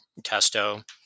testo